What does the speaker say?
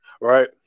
right